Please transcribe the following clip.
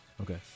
Okay